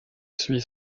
suis